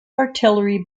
artillery